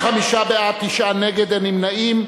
25 בעד, תשעה נגד, אין נמנעים.